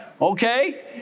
Okay